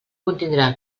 contindrà